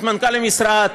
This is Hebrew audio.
את מנכ"ל המשרד,